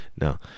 No